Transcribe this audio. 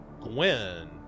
gwen